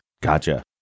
Gotcha